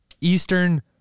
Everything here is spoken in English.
Eastern